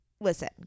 listen –